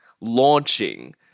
launching